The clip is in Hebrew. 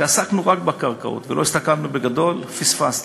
כשעסקנו רק בקרקעות ולא הסתכלנו בגדול, פספסנו.